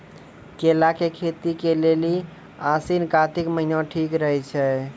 केला के खेती के लेली आसिन कातिक महीना ठीक रहै छै